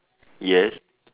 yes